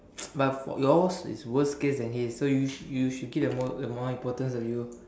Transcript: but yours is worse case than his so you you should keep the more the more importance for you